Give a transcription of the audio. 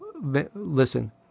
listen